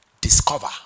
discover